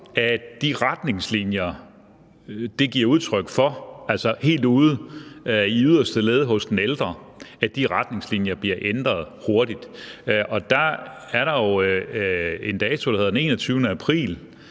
at de retningslinjer, dette giver udtryk for – altså helt ude i yderste led hos den ældre – bliver ændret hurtigt. Og der er der jo en dato, der hedder den 21. april,